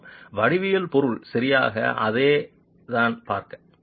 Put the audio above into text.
ஆமாம் வடிவியல் பொருள் சரியாக அதே தான் பார்க்க